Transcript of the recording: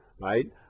right